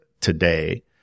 today